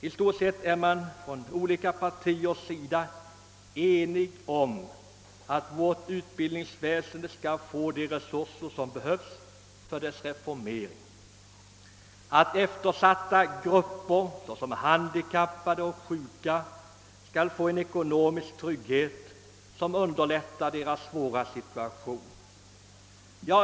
I stort sett är man från olika partiers sida enig om att vårt utbildningsväsende skall få de resurser som behövs för dess reformering, att eftersatta grupper såsom handikappade och sjuka skall få en ekonomisk trygghet som underlättar deras svåra situation.